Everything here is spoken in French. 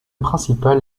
principal